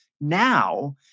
Now